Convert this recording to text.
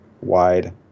wide